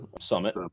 summit